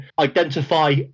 identify